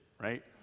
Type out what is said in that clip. right